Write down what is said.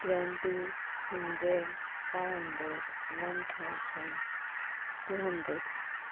twenty hundred five hundred one thousand two hundred